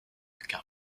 car